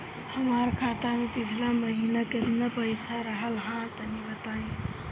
हमार खाता मे पिछला महीना केतना पईसा रहल ह तनि बताईं?